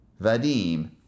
Vadim